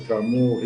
שכאמור,